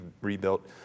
rebuilt